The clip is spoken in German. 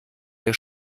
der